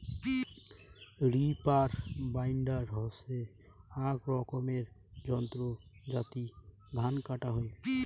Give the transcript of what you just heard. reaper binder হসে আক রকমের যন্ত্র যাতি ধান কাটা হই